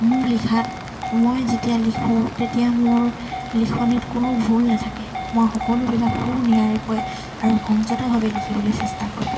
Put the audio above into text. মোৰ লিখাত মই যেতিয়া লিখোঁ তেতিয়া মোৰ লিখনিত কোনো ভুল নাথাকে মই সকলোবিলাক সু নিয়াৰিকৈ আৰু সংযতভাৱে লিখিবলৈ চেষ্টা কৰোঁ